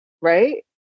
right